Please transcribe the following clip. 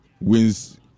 wins